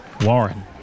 Warren